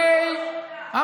כך היה בימי המצור.